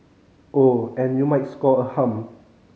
oh and you might score a hum